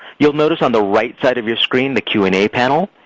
you'll notice on the right side of your screen the q and a panel.